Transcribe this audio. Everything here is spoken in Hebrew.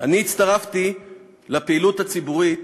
אני הצטרפתי לפעילות הציבורית